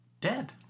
dead